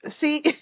See